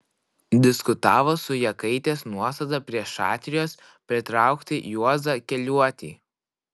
diskutavo su jakaitės nuostata prie šatrijos pritraukti juozą keliuotį